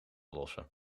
lossen